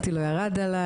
לגבי העשייה במבט על,